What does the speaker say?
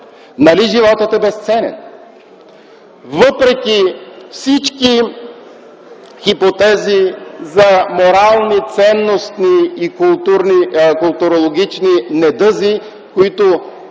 Нали животът е безценен? Въпреки всички хипотези за морални ценностни и културологични недъзи, които